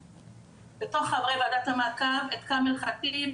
יש בתוך חברי ועדת המעקב את כאמל חטיב,